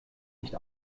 nicht